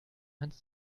hans